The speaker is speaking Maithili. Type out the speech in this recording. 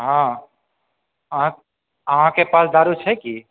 हँ अहाँ अहाँके पास दारु छै की